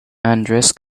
andres